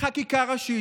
בחקיקה ראשית,